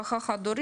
זה משפחה חד-הורית.